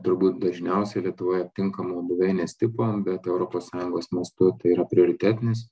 turbūt dažniausiai lietuvoje aptinkamo buveinės tipo bet europos sąjungos mastu tai yra prioritetinis